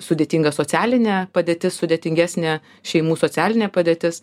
sudėtinga socialinė padėtis sudėtingesnė šeimų socialinė padėtis